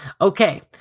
Okay